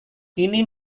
ini